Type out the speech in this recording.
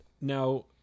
Now